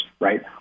right